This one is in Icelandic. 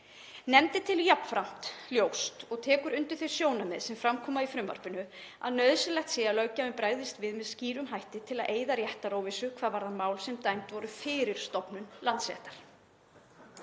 Nefndin telur jafnframt ljóst, og tekur undir þau sjónarmið sem fram koma í frumvarpinu, að nauðsynlegt sé að löggjafinn bregðist við með skýrum hætti til að eyða réttaróvissu hvað varðar mál sem dæmd voru fyrir stofnun Landsréttar.